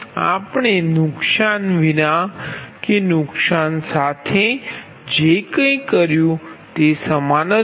આપણે નુકસાન વિના કે નુકસાન સાથે જે કંઇ કર્યું તે સમાન છે